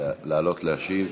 לעלות להשיב.